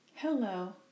Hello